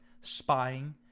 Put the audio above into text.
spying